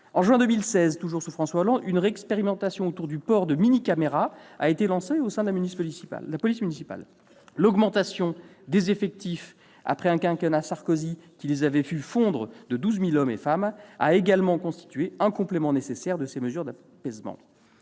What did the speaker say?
En juin 2016, toujours sous François Hollande, une expérimentation autour du port de mini-caméras a été lancée au sein de la police municipale. L'augmentation des effectifs, après un quinquennat Sarkozy qui les avait vus fondre de 12 000 hommes et femmes, a également constitué un complément nécessaire à ces mesures d'apaisement.